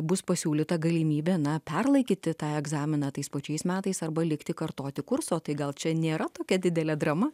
bus pasiūlyta galimybė na perlaikyti tą egzaminą tais pačiais metais arba likti kartoti kurso tai gal čia nėra tokia didelė drama